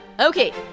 Okay